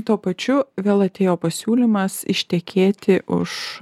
tuo pačiu vėl atėjo pasiūlymas ištekėti už